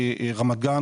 ברמת גן,